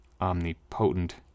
omnipotent